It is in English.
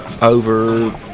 over